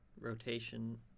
rotation